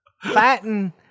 Fighting